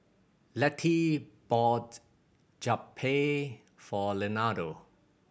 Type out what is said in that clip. Lettie bought Japchae for Leonardo